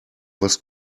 was